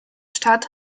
stadt